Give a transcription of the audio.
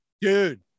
Dude